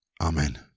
Amen